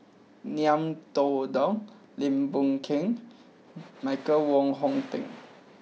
Ngiam Tong Dow Lim Boon Keng and Michael Wong Hong Teng